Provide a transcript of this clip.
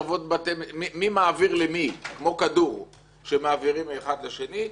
מי מעביר למי כמו כדור שאחד מעביר לשני,